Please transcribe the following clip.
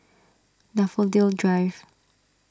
Daffodil Drive